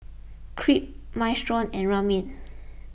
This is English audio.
Crepe Minestrone and Ramen